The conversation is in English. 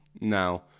Now